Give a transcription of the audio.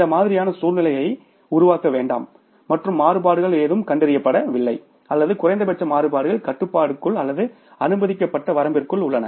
இந்த மாதிரியான சூழ்நிலையை உருவாக்க வேண்டாம் மற்றும் மாறுபாடுகள் எதுவும் கண்டறியப்படவில்லை அல்லது குறைந்தபட்ச மாறுபாடுகள் கட்டுப்பாட்டுக்குள் அல்லது அனுமதிக்கப்பட்ட வரம்பிற்குள் உள்ளன